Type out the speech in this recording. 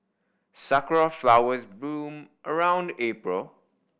sakura flowers bloom around April